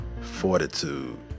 fortitude